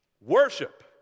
Worship